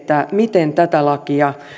miten tätä lakia